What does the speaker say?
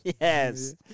Yes